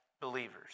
believers